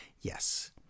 Yes